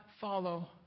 follow